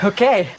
Okay